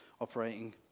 operating